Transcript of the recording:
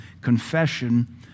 confession